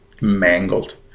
mangled